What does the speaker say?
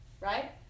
right